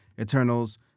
Eternals